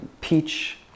peach